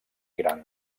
gran